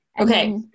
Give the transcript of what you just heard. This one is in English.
okay